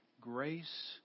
grace